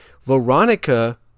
Veronica